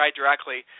directly